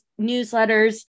newsletters